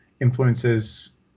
influences